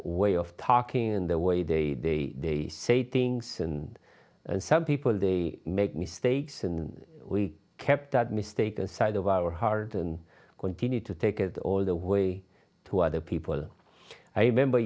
way of talking in the way they say things and and some people they make mistakes and we kept that mistaken side of our heart and continued to take it all the way to other people i remember